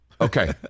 Okay